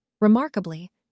Remarkably